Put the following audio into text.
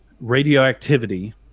radioactivity